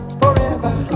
forever